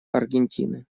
аргентины